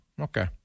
okay